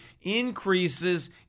increases